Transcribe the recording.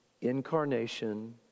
Incarnation